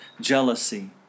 jealousy